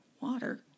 water